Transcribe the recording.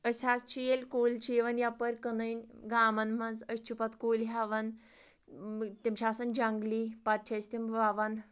أسۍ حظ چھِ ییٚلہِ کُلۍ چھِ یِوان یَپٲرۍ کٕنٕنۍ گامَن منٛز أسۍ چھِ پَتہٕ کُلۍ ہٮ۪وان تِم چھِ آسان جنٛگلی پَتہٕ چھِ أسۍ تِم وَوان